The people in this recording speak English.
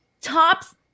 tops